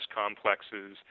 complexes